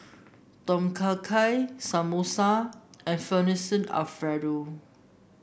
Tom Kha Gai Samosa and Fettuccine Alfredo